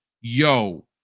Yo